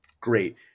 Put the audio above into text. great